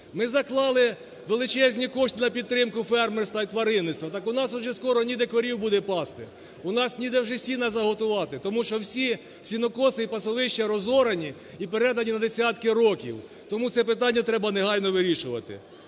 Ми заклали величезні кошти на підтримку фермерства і тваринництва. Так у нас уже скоро ніде корів буде пасти, у нас ніде вже сіна заготувати, тому що всі сінокоси і пасовища розорані і передані на десятки років. Тому це питання треба негайно вирішувати.